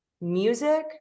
music